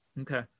Okay